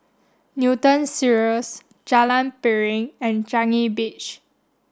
Newton Cirus Jalan Piring and Changi Beach